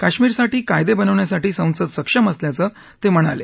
काश्मीरसाठी कायदे बनवण्यासाठी संसद सक्षम असल्याचं ते म्हणाले